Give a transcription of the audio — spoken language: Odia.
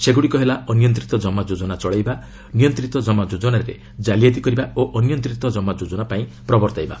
ସେଗୁଡ଼ିକ ହେଲା ଅନିୟନ୍ତ୍ରିତ ଜମା ଯୋଜନା ଚଳେଇବା ନିୟନ୍ତ୍ରିତ ଜମା ଯୋଜନାରେ ଜାଲିଆତି କରିବା ଓ ଅନିୟନ୍ତିତ କମା ଯୋକ୍ତନା ପାଇଁ ପ୍ରବର୍ତ୍ତାଇବା